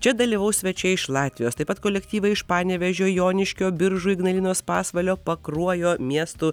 čia dalyvaus svečiai iš latvijos taip pat kolektyvai iš panevėžio joniškio biržų ignalinos pasvalio pakruojo miestų